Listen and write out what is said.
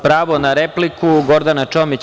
Pravo na repliku, Gordana Čomić.